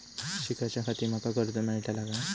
शिकाच्याखाती माका कर्ज मेलतळा काय?